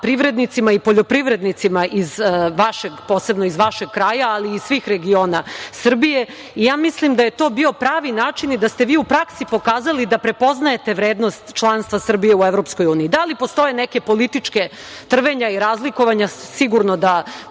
privrednicima i poljoprivrednicima, posebno iz vašeg kraja, ali i iz svih regiona Srbije. Mislim da je to bio pravi način i da ste vi u praksi pokazali da prepoznajete vrednost članstva Srbije u EU.Da li postoje neka politička trvenja i razlikovanja, sigurno da